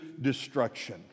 destruction